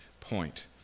point